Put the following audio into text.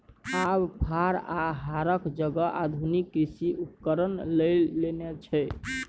आब फार आ हरक जगह आधुनिक कृषि उपकरण लए लेने छै